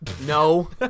No